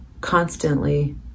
constantly